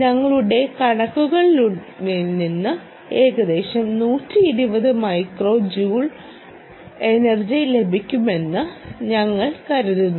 ഞങ്ങളുടെ കണക്കുകൂട്ടലുകളിൽ നിന്ന് ഏകദേശം 120 മൈക്രോ ജൂൾ എനർജി ലഭിക്കുമെന്ന് ഞങ്ങൾ കരുതുന്നു